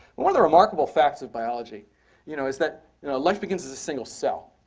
one of the remarkable facts of biology you know is that you know life begins as a single cell,